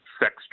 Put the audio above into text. Sex